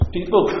People